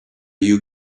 you